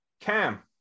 Cam